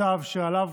הצו שעליו,